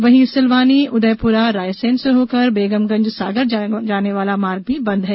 वहीं सिलवानी उदयपुरा रायसेन से होकर बेगमगंज सागर जाने वाला मार्ग भी बंद है